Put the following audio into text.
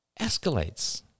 escalates